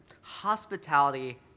hospitality